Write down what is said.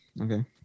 Okay